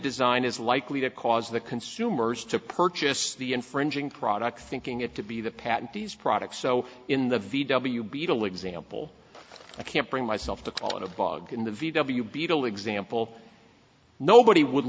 design is likely to cause the consumers to purchase the infringing product thinking it to be the patent these products so in the v w beetle example i can't bring myself to call it a bug in the v w beetle example nobody would